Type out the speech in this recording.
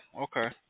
Okay